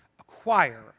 acquire